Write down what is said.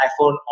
iPhone